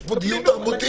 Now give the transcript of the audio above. יש פה דיון תרבותי.